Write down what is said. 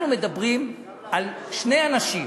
אנחנו מדברים על שני אנשים,